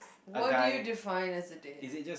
what do you define as a deed